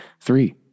three